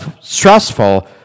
stressful